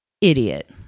Idiot